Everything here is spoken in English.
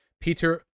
Peter